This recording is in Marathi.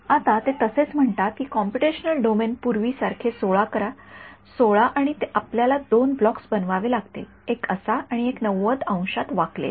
आता ते तसेच म्हणतात की कॉम्पुटेशनल डोमेन पूर्वी सारखे १६ करा १६ आणि आपल्याला दोन ब्लॉक्स बनवावे लागतील एक असा आणि एक ९० अंशांत वाकलेला